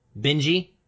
Benji